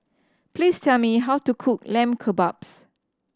please tell me how to cook Lamb Kebabs